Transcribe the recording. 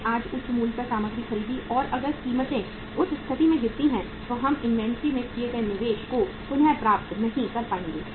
हमने आज उच्च मूल्य पर सामग्री खरीदी और अगर कीमतें उस स्थिति में गिरती हैं तो हम इन्वेंट्री में किए गए निवेश को पुनर्प्राप्त नहीं कर पाएंगे